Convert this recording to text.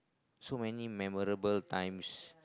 so many memorable times